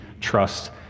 trust